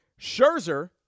Scherzer